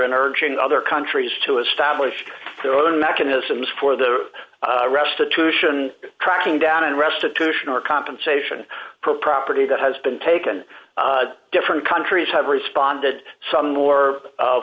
urging other countries to establish their own mechanisms for the restitution tracking down and restitution or compensation for property that has been taken different countries have responded some more